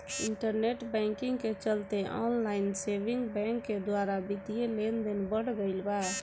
internet banking के चलते online saving bank के द्वारा बित्तीय लेनदेन बढ़ गईल बा